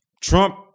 Trump